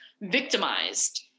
victimized